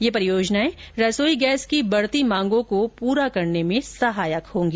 ये परियोजनाएं रसोई गैस की बढ़ती मांगों को पूरी करने में सहायक होंगी